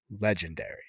legendary